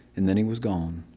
and then he was gone.